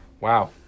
Wow